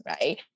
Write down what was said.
right